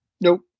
Nope